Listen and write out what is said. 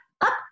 up